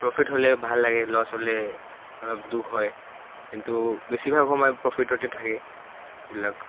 profit হ'লে ভাল লাগে লছ হ'লে অলপ দুখ হয় কিন্তু বেছিভাগ সময় প্ৰফিটতে থাকে এইবিলাক